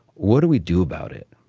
what do we do about it?